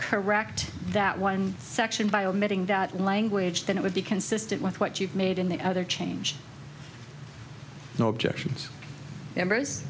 correct that one section by omitting that language then it would be consistent with what you've made in the other change no objections members